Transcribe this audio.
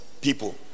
people